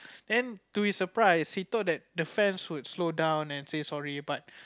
then to his surprise he thought that the fans would slow down and say sorry but